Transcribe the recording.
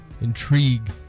intrigue